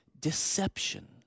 deception